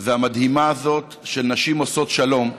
והמדהימה הזאת של נשים עושות שלום,